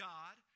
God